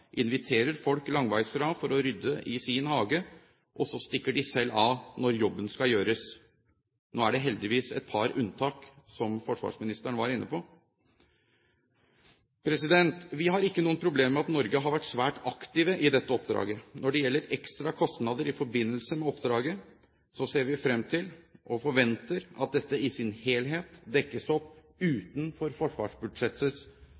inviterer folk langveis fra for å rydde i sin hage, og så stikker de selv av når jobben skal gjøres. Nå er det heldigvis et par unntak, slik forsvarsministeren var inne på. Vi har ikke noen problemer med at Norge har vært svært aktiv i dette oppdraget. Når det gjelder ekstra kostnader i forbindelse med oppdraget, ser vi frem til og forventer at dette i sin helhet dekkes opp